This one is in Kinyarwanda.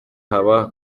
haba